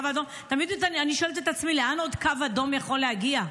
ותמיד אני שואלת את עצמי: לאן עוד קו אדום יכול להגיע?